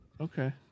Okay